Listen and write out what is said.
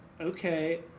okay